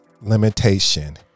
limitation